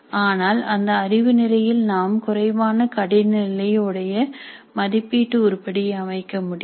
ஆனால் அந்த அறிவு நிலையில் நாம் குறைவான கடின நிலையை உடைய மதிப்பீட்டு உருப்படியை அமைக்க முடியும்